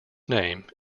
name